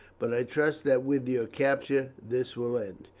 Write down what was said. but i trust that with your capture this will end.